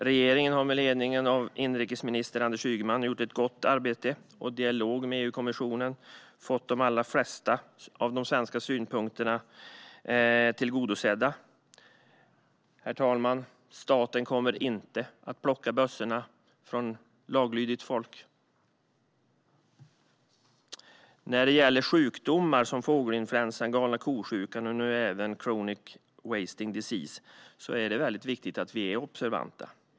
Regeringen har under ledning av inrikesminister Anders Ygeman gjort ett gott arbete och har i dialog med EU-kommissionen fått de allra flesta av de svenska synpunkterna tillgodosedda. Herr talman! Staten kommer inte att plocka bössorna från laglydigt folk. När det gäller sjukdomar som fågelinfluensan, galna ko-sjukan och nu även chronic wasting disease är det väldigt viktigt att vi är observanta.